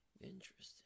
Interesting